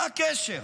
מה הקשר?